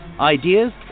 ideas